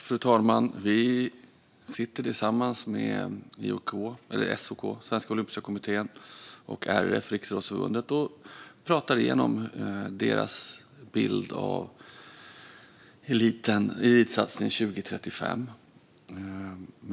Fru talman! Vi sitter tillsammans med SOK, Sveriges Olympiska Kommitté, och RF, Riksidrottsförbundet, och pratar igenom deras bild av elitsatsning 2035.